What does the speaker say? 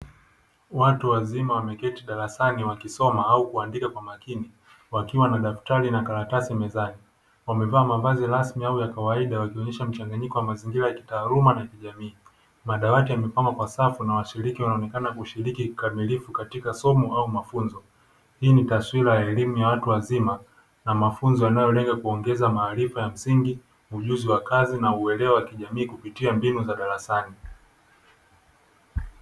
Watu wazima wameketi darasani wakisoma au kuandika kwa makini wakiwa wanadaftari na karatasi mezani, wamevaa mavazi rasmi au ya kawaida wakionyesha mchanganyiko wa mazingira ya taaluma na kijamii madawati yamepangwa kwa safu na washiriki wanaonekana kushiriki kikamilifu katika somo au mafunzo hii ni taswira ya elimu ya watu wazima na mafunzo yanayolenga kuongeza maarifa ya msingi, ujuzi wa kazi na uelewa wa kijamii kupitia mbinu za darasani.